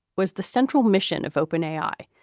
was the central mission of open a i.